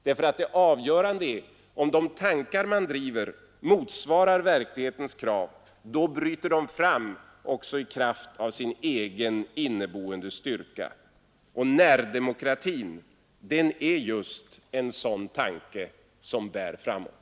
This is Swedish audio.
Det avgörande är om de tankar man driver motsvarar verklighetens krav — då bryter de fram också i kraft av sin egen inneboende styrka. Och närdemokratin är just en sådan tanke som bär framåt.